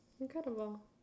incredible